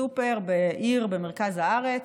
בסופר בעיר במרכז הארץ,